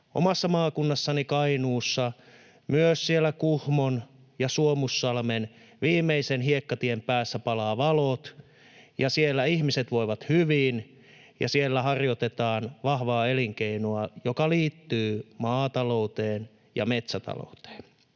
omassa maakunnassani Kainuussa myös siellä Kuhmon ja Suomussalmen viimeisen hiekkatien päässä palaa valot ja siellä ihmiset voivat hyvin ja siellä harjoitetaan vahvaa elinkeinoa, joka liittyy maatalouteen ja metsätalouteen.